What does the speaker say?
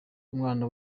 umwana